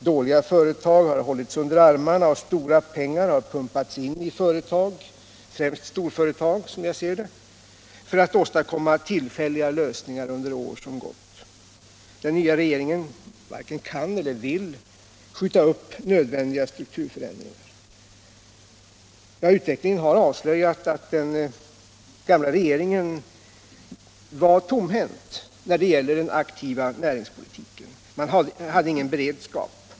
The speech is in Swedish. Dåliga företag har hållits under armarna, och stora pengar har pumpats in i företag — främst storföretag —- för att åstadkomma tillfälliga lösningar under år som gått. Den nya regeringen varken kan eller vill skjuta upp nödvändiga strukturförändringar. Utvecklingen har avslöjat att den gamla regeringen var tomhänt när det gäller den aktiva näringspolitiken. Man hade ingen beredskap.